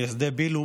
ממייסדי ביל"ו,